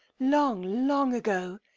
long, long ago.